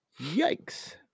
Yikes